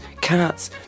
cats